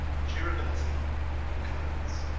durability in clothes